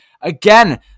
Again